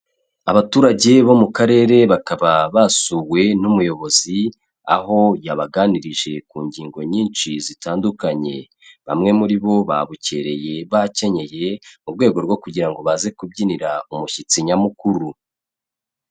Abaturage bo mu karere bakaba basuwe n'umuyobozi, aho yabaganirije ku ngingo nyinshi zitandukanye, bamwe muri bo babukereye bakenyeye mu rwego rwo kugira ngo baze kubyinira umushyitsi nyamukuru.